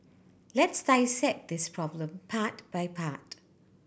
let's dissect this problem part by part